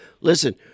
listen